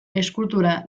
eskultura